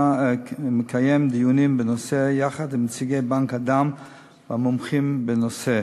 מקיים דיונים בנושא עם נציגי בנק הדם והמומחים בנושא.